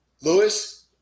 Lewis